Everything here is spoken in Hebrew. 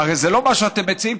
הרי זה לא מה שאתם מציעים,